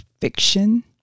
fiction